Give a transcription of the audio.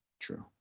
True